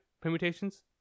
permutations